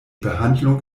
behandlung